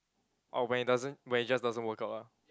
oh when it doesn't when it just doesn't work out lah